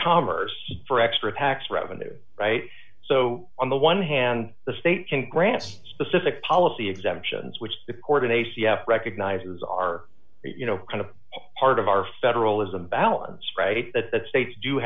commerce for extra tax revenue right so on the one hand the state can grant specific policy exemptions which the court in a c f recognizes are you know kind of part of our federalism balance right that the states do